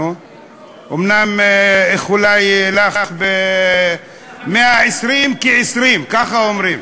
אומנם איחולי לך 120 כ-20, ככה אומרים.